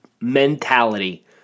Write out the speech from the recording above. mentality